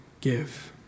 give